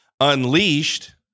unleashed